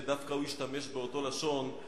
שדווקא הוא השתמש באותו לשון,